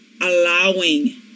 allowing